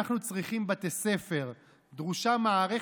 ביקשנו מהנשיאות,